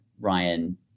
Ryan